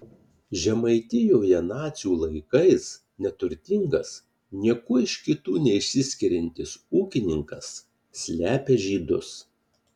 žemaitijoje nacių laikais neturtingas niekuo iš kitų neišsiskiriantis ūkininkas slepia žydus